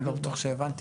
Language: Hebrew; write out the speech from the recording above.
אני לא בטוח שהבנתי.